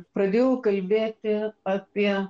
pradėjau kalbėti apie